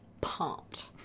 Pumped